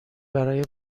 برای